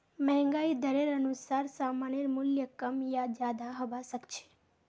महंगाई दरेर अनुसार सामानेर मूल्य कम या ज्यादा हबा सख छ